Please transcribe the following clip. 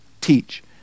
teach